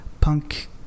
Punk